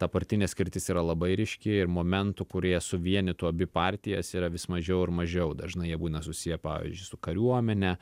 ta partinė skirtis yra labai ryški ir momentų kurie suvienytų abi partijas yra vis mažiau ir mažiau dažnai jie būna susiję pavyzdžiui su kariuomene